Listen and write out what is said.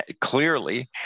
clearly